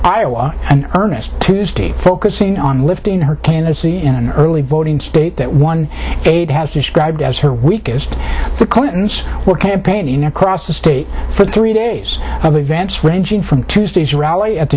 iowa and earnest tuesday focusing on lifting her candidacy in an early voting state that one aide has described as her weakest the clintons were campaigning across the state for three days of events ranging from tuesday's rally at the